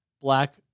Black